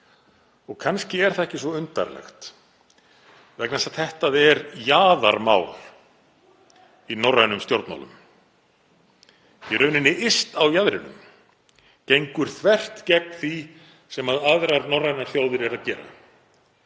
Kannski er það ekki svo undarlegt vegna þess að þetta er jaðarmál í norrænum stjórnmálum, í rauninni yst á jaðrinum, gengur þvert gegn því sem aðrar norrænar þjóðir eru að gera.